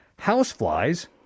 Houseflies